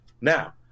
Now